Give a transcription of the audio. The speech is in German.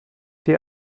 die